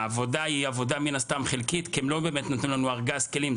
שהעבודה היא מן הסתם עבודה חלקית כי הם לא באמת נתנו לנו ארגז כלים.